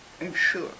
ensure